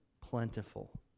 plentiful